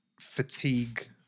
fatigue